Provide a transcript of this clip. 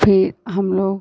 फिर हमलोग